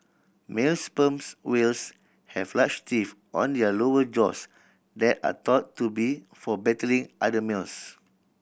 male sperms whales have large teeth on their lower jaws that are thought to be for battling other males